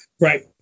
Right